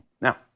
Now